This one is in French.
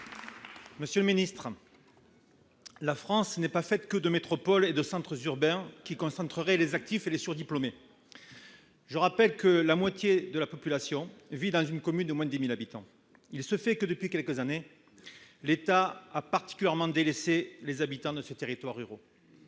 Monsieur le ministre, la France n'est pas faite que de métropoles et de centres urbains qui concentreraient les actifs et les surdiplômés. Je rappelle que plus de la moitié de la population vit dans une commune de moins de 10 000 habitants. Or il se trouve que, depuis quelques années, l'État a particulièrement délaissé les habitants des territoires ruraux,